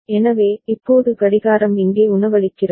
எனவே இப்போது கடிகாரம் இங்கே உணவளிக்கிறது